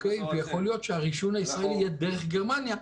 יכול להיות שהרישיון הישראלי יהיה דרך גרמניה,